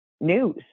news